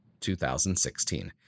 2016